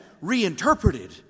reinterpreted